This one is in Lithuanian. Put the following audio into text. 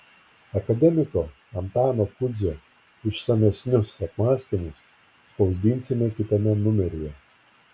akademiko antano kudzio išsamesnius apmąstymus spausdinsime kitame numeryje